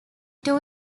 two